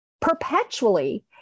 perpetually